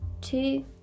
Two